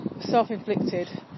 self-inflicted